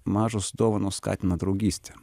mažos dovanos skatina draugystę